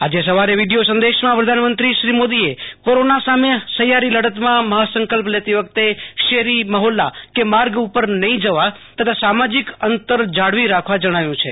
આજે સવારે વિડિયો સંદેશામાં પ્રધાનમંત્રીએ કોરોના સામે સહિયારી લડતમાં મહાસંકલ્પ લતી વખતે શેરી મહોલ્લા કે માર્ગ ઉપર નહિં જવા તથા સામાજીક અંતર જાળવી રાખવા જણાવાય છે